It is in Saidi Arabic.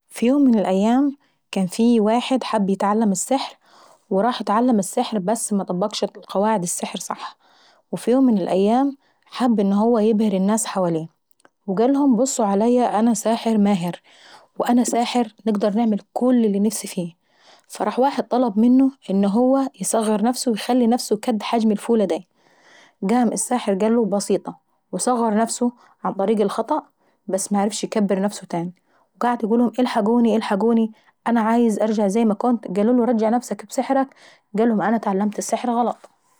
في يوم من الأيام كان في واحد حب يتعلم السحر، وراح يتعلم السحر بس مطبقش قواعد السحر صح. وفي يوم من االايام حب ان هو يبهر الناس حواليه، فقالهم بصوا عليا انا ساحر ماهر ، وانا ساحر نقدر نعمل كل اللي نفسي فيه. فراح واحد طلب منه ان هو يصغ نفسه ويخلي نفسه كد حجم الفولة داي. قام الساحر قاله بسيطة وصغر نفسه عن طريق الخطأ بس معرفش ايكبر نفسه تاني، وقعد يقولهم الحقوني الحقوني اانا عايز نرجع زي ما كنت، قالوله رجع نفسك بسحرك قالهم انا اتعلمت السحر غلط.